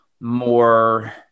more